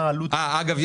אגב,